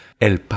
El